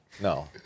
No